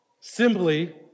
Simply